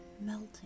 melting